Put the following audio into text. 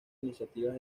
iniciativas